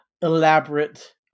elaborate